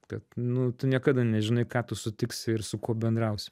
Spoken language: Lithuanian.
kad nu tu niekada nežinai ką tu sutiksi ir su kuo bendrausi